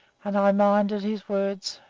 and i minded his words.